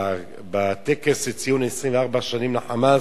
בטקס לציון 24 שנים ל"חמאס",